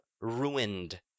ruined